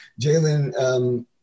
Jalen